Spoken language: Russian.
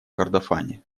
кордофане